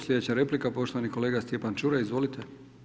Slijedeća replika poštovani kolega Stjepan Čuraj, izvolite.